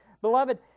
Beloved